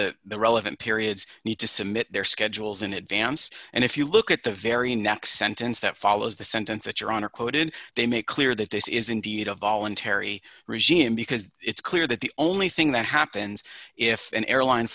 the the relevant periods need to submit their schedules in advance and if you look at the very next sentence that follows the sentence that your honor quoted they make clear that this is indeed a voluntary regime because it's clear that the only thing that happens if an airline